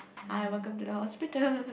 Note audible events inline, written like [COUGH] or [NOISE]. hi welcome to the hospital [NOISE]